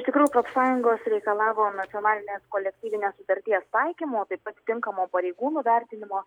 iš tikrųjų profsąjungos reikalavo nacionalinės kolektyvinės sutarties taikymo atitinkamo pareigūnų vertinimo